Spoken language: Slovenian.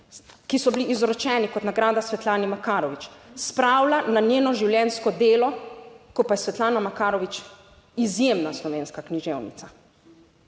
ki so bili izročeni kot nagrada Svetlane Makarovič spravlja na njeno življenjsko delo, ko pa je Svetlana Makarovič izjemna slovenska književnica,